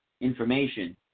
information